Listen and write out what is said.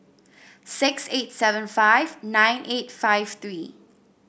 six eight seven five nine eight five three